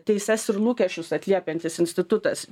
teises ir lūkesčius atliepiantis institutas